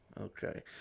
Okay